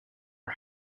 are